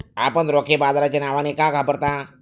आपण रोखे बाजाराच्या नावाने का घाबरता?